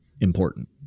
important